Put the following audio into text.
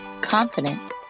confident